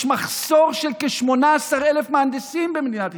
יש מחסור של כ-18,000 מהנדסים במדינת ישראל.